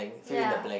ya